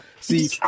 see